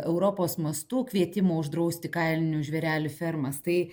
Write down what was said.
europos mastu kvietimo uždrausti kailinių žvėrelių fermas tai